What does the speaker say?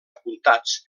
apuntats